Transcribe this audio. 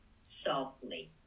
softly